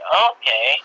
okay